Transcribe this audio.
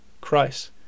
Christ